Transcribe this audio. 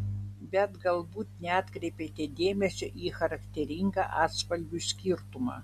bet galbūt neatkreipėte dėmesio į charakteringą atspalvių skirtumą